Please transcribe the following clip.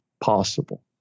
possible